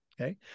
Okay